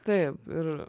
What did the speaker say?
taip ir